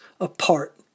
apart